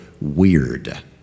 weird